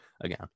again